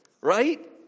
right